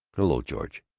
hello, george.